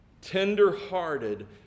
tender-hearted